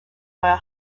via